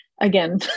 again